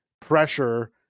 pressure